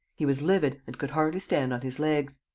he was livid and could hardly stand on his legs.